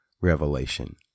revelation